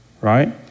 Right